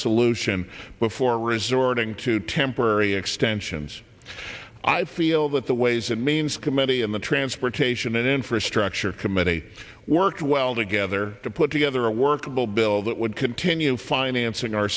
solution before resorting to temporary extensions i feel that the ways and means committee in the transportation and infrastructure committee worked well together to put together a workable bill that would continue financing our